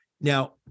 Now